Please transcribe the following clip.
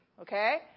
Okay